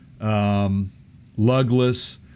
lugless